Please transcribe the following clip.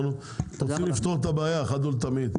אנחנו רוצים לפתור את הבעיה אחת ולתמיד.